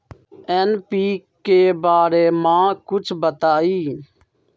NPK बारे म कुछ बताई?